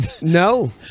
No